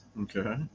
Okay